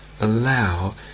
allow